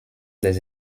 des